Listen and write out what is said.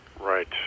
Right